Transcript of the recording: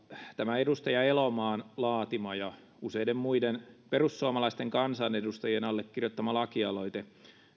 tämä edustaja elomaan laatima ja useiden muiden perussuomalaisten kansanedustajien allekirjoittama lakialoite